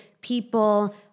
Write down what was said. people